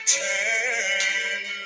turn